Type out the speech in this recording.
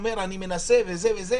לתקן.